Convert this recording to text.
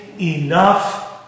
enough